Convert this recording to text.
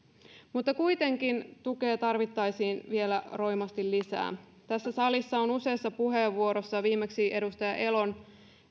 kuitenkin tukea tarvittaisiin vielä roimasti lisää tässä salissa on useassa puheenvuorossa viimeksi edustaja elon